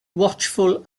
watchful